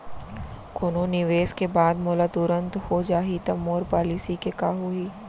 कोनो निवेश के बाद मोला तुरंत हो जाही ता मोर पॉलिसी के का होही?